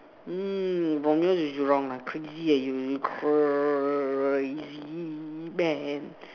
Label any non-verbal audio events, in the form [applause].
mm [noise] is wrong ah crazy eh you crazy man